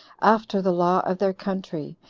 after the law of their country,